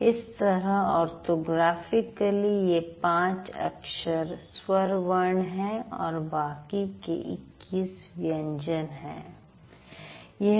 इस तरह ऑर्थोग्राफिकली ये पांच अक्षर स्वर वर्ण हैं और बाकी के २१ व्यंजन हैं